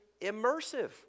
immersive